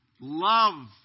love